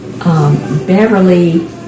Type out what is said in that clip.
Beverly